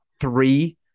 three